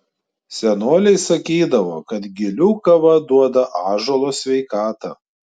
senoliai sakydavo kad gilių kava duoda ąžuolo sveikatą